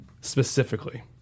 Specifically